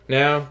now